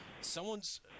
someone's